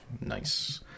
Nice